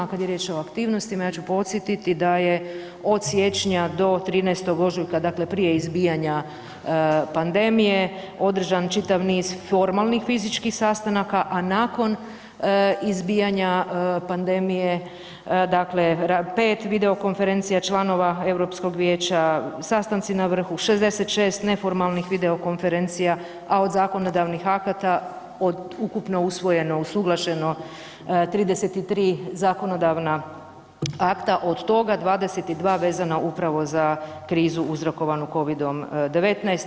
Kad je riječ o aktivnostima, ja ću podsjetiti da je od siječnja do 13. ožujka, dakle prije izbijanja pandemije održan čitav niz formalnih fizičkih sastanaka, a nakon izbijanja pandemije, dakle 5 video konferencija članova Europskog vijeća, sastanci na vrhu, 66 neformalnih video konferencija, a od zakonodavnih akata od ukupno usvojeno, usuglašeno 33 zakonodavna akta, od toga 22 vezana upravo za krizu uzrokovanu Covid-19.